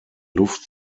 luft